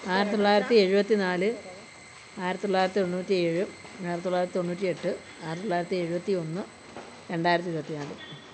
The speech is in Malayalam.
ആയിരത്തി തൊള്ളായിരത്തി എഴുപത്തി നാല് ആയിരത്തി തൊള്ളായിരത്തി തൊണ്ണൂറ്റിഏഴ് ആയിരത്തി തൊള്ളായിരത്തി തൊണ്ണൂറ്റി എട്ട് ആയിരത്തി തൊള്ളായിരത്തി എഴുപത്തി ഒന്ന് രണ്ടായിരത്തി ഇരുപത്തി നാല്